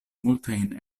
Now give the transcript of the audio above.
multajn